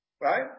right